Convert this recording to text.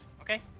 okay